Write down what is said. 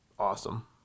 Awesome